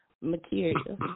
material